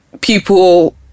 people